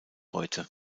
heute